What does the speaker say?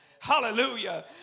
hallelujah